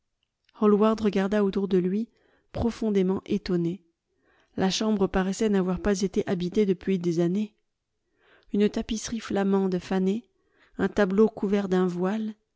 hallward regarda autour de lui profondément étonné la chambre paraissait n'avoir pas été habitée depuis des années une tapisserie flamande fanée un tableau couvert d'un voile